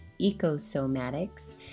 EcoSomatics